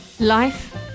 Life